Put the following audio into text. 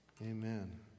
Amen